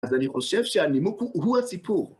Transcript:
אז אני חושב שהנימוק הוא הסיפור.